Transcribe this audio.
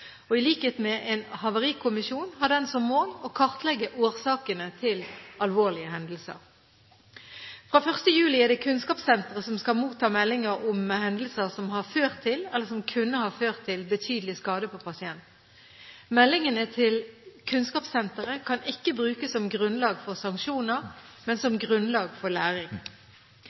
hendelser. I likhet med en havarikommisjon har den som mål å kartlegge årsakene til alvorlige hendelser. Fra 1. juli er det Kunnskapssenteret som skal motta meldinger om hendelser som har ført til – eller som kunne ha ført til – betydelig skade på pasient. Meldingene til Kunnskapssenteret kan ikke brukes som grunnlag for sanksjoner, men som grunnlag for læring.